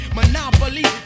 Monopoly